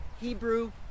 hebrew